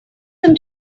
them